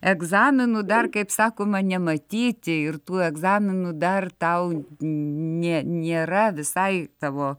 egzaminų dar kaip sakoma nematyti ir tų egzaminų dar tau nė nėra visai tavo